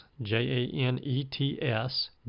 J-A-N-E-T-S